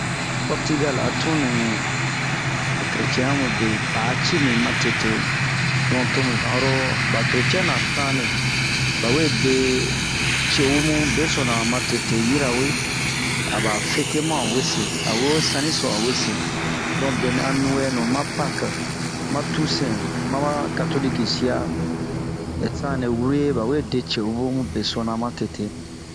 Pɔrtigal a tun nɛ ho keretiɛn yamu be pa'a cii bin matete. donk to bu zan oro ba keretiɛn ra sanre ,ba we de ce'u mube sona matete yirawe aba fɛte mu awe se. A we ho saniso awe se, to benɛ a nuwɛnu ma pake, ma tusɛn, maba katolik sia sanre wure ba we de ce'u mun beso na matete.